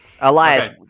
Elias